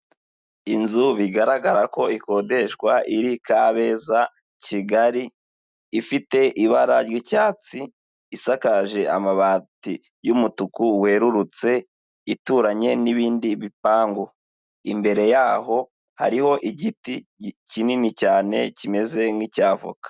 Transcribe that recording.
Inzu bigaragara ko ikodeshwa iri Kabeza Kigali, ifite ibara ry'icyatsi isakaje amabati y'umutuku werurutse, ituranye n'ibindi bipangu, imbere yaho hariho igiti kinini cyane kimeze nk'icya voka.